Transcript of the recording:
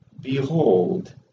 behold